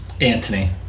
Anthony